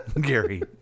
Gary